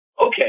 okay